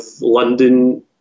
London